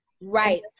right